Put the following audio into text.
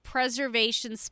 Preservation